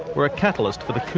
were a catalyst for the coup.